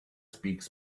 speaks